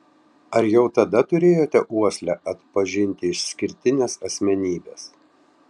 ar jau tada turėjote uoslę atpažinti išskirtines asmenybes